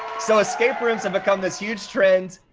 so, escape rooms have become this huge trend.